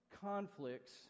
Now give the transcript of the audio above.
conflicts